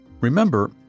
Remember